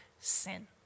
sin